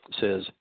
says